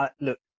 look